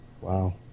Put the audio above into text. Wow